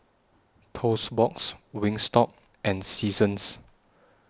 Toast Box Wingstop and Seasons